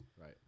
right